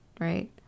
right